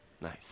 nice